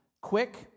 quick